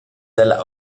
dalla